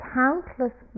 countless